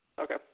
Okay